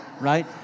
right